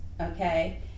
okay